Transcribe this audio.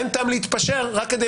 לשמוע ראיות,